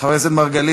חבר הכנסת מרגלית,